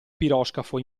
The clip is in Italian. piroscafo